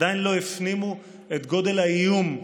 עדיין לא הפנימו את גודל האיום: